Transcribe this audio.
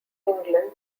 england